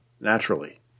naturally